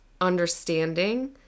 understanding